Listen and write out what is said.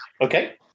Okay